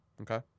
Okay